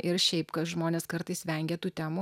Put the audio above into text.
ir šiaip kad žmonės kartais vengia tų temų